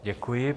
Děkuji.